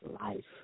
life